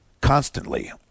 constantly